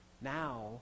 Now